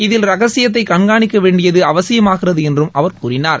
இதில் ரகசியத்தை கண்காணிக்க வேண்டியது அவசியமாகிறது என்றும் அவர் கூறினார்